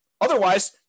Otherwise